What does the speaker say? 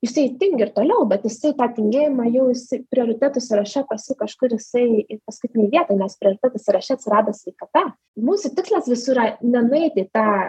jisai tingi ir toliau bet jisai tą tingėjimą jau jisai prioritetų sąraše pas jį kažkur jisai paskutinėj vietoj nes prioritetų sąraše atsirado sveikata mūsų tikslas visų yra nenueiti į tą